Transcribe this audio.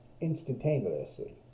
instantaneously